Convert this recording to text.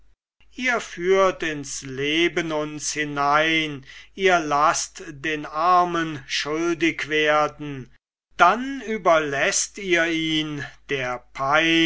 ihr führt ins leben uns hinein ihr laßt den armen schuldig werden dann überlaßt ihr ihn der